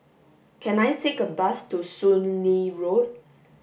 can I take a bus to Soon Lee Road